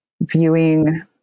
viewing